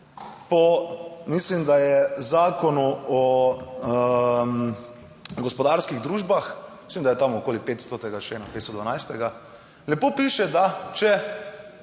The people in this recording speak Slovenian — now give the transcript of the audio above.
po, mislim, da je Zakonu o gospodarskih družbah, mislim, da je tam okoli 500-tega člena, 512, lepo piše, da če